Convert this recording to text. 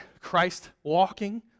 Christ-walking